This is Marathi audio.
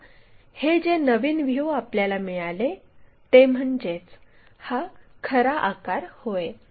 आता हे जे नवीन व्ह्यू आपल्याला मिळाले ते म्हणजेच हा खरा आकार होय